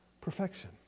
Perfection